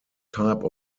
type